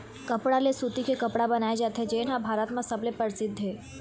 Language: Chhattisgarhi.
कपसा ले सूती के कपड़ा बनाए जाथे जेन ह भारत म सबले परसिद्ध हे